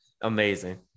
Amazing